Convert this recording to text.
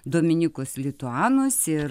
dominicus lituanus ir